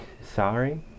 Sorry